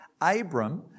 Abram